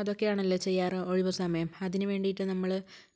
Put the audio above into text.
അതൊക്കെയാണല്ലോ ചെയ്യാറ് ഒഴിവുസമയം അതിനുവേണ്ടീട്ട് നമ്മൾ